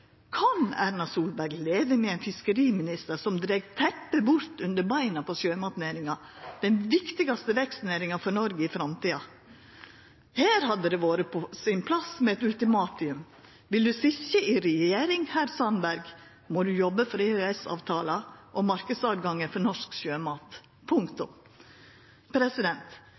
Kan Erna Solberg leva med ein fiskeriminister som dreg teppet bort under beina på sjømatnæringa, den viktigaste vekstnæringa for Noreg i framtida? Her hadde det vore på sin plass med eit ultimatum. Vil du sitja i regjering, hr. Sandberg, må du jobba for EØS-avtala og marknadstilgangen for norsk sjømat